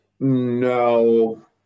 No